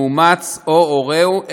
מאומץ או הורהו,